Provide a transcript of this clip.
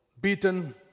beaten